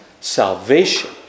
salvation